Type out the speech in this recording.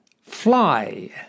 fly